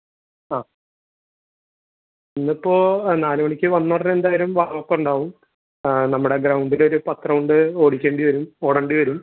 ആ ഇന്നിപ്പോൾ നാല് മണിക്ക് വന്ന ഉടനെ എന്തായാലും ക്ലാസ് ഉണ്ടാവും നമ്മുടെ ഗ്രൗണ്ടിൽ ഒരു പത്ത് റൗണ്ട് ഓടിക്കേണ്ടി വരും ഓടേണ്ടി വരും